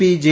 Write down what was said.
P J